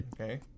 Okay